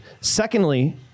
Secondly